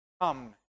come